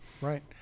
Right